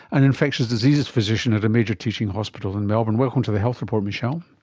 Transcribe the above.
an infectious diseases physician at a major teaching hospital in melbourne. welcome to the health report, michelle.